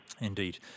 Indeed